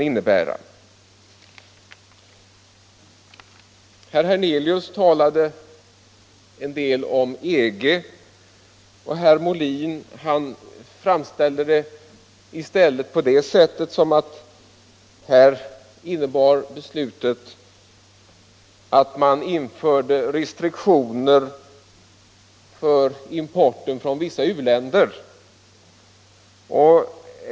Herr Hernelius talade en del om EG, medan herr Molin ansåg att beslutet innebar att man införde restriktioner för importen från vissa u-länder.